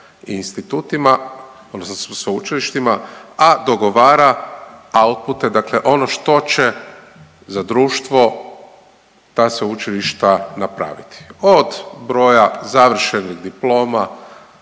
institutima, odnosno sveučilištima, a dogovara outpute, dakle ono što će za društvo ta sveučilišta napraviti, od broja završenih diploma,